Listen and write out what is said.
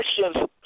Questions